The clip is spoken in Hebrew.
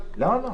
למה?